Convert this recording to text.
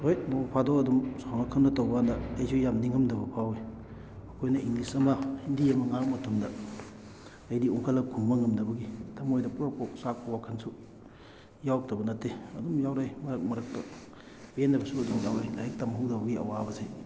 ꯍꯣꯏ ꯅꯣꯡꯐꯥꯗꯣꯛ ꯑꯗꯨꯝ ꯁꯥꯎꯅ ꯈꯠꯅ ꯇꯧꯕꯀꯥꯟꯗ ꯑꯩꯁꯨ ꯌꯥꯝ ꯅꯤꯉꯝꯗꯕ ꯐꯥꯎꯋꯤ ꯃꯈꯣꯏꯅ ꯏꯪꯂꯤꯁ ꯑꯃ ꯍꯤꯟꯗꯤ ꯑꯃ ꯉꯥꯡꯉꯛ ꯃꯇꯝꯗ ꯑꯩꯗꯤ ꯑꯣꯡꯈꯠꯂꯒ ꯈꯨꯝꯕ ꯉꯝꯗꯕꯒꯤ ꯊꯃꯣꯏꯗ ꯄ꯭ꯔꯣꯛ ꯄ꯭ꯔꯣꯛ ꯆꯥꯛꯄ ꯋꯥꯈꯟꯁꯨ ꯌꯥꯎꯔꯛꯇꯕ ꯅꯠꯇꯦ ꯑꯗꯨꯝ ꯌꯥꯎꯔꯛꯏ ꯃꯔꯛ ꯃꯔꯛꯇ ꯄꯦꯟꯗꯕꯁꯨ ꯑꯗꯨꯝ ꯌꯥꯎꯔꯛꯏ ꯂꯥꯏꯔꯤꯛ ꯇꯝꯍꯧꯗꯕꯒꯤ ꯑꯋꯥꯕꯁꯤ